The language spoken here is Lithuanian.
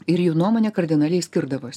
ir jų nuomonė kardinaliai skirdavos